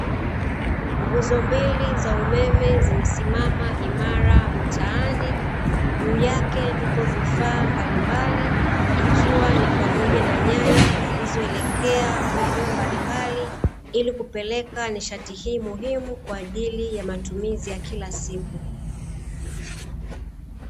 Nguzo mbili za umeme zimesimama imara mtaani, juu yake vipo vifaa mbalimbali ikiwa ni pamoja na nyaya zilizoelekea maeneo mbalimbali ili kupeleka nishati hii muhimu kwa ajili ya matumizi ya kila siku.